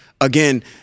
again